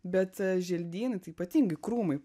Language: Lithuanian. bet želdynai tai ypatingai krūmai